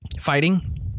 fighting